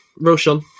Roshan